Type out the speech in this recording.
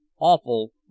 Awful